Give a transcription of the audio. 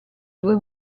due